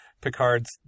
Picard's